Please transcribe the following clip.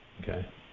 Okay